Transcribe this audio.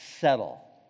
settle